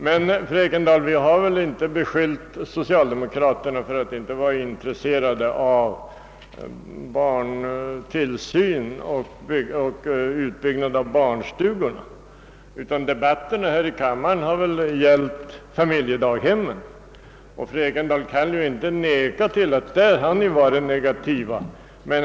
Men, fru Ekendahl, vi har väl inte beskyllt socialdemokraterna för att inte vara intresserade av barntillsyn och ut byggnad av barnstugorna. Debatten här i kammaren har ju gällt familjedaghemmen, och fru Ekendahl kan inte neka till att socialdemokraterna därvidlag varit negativt inställda.